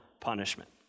punishment